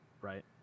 Right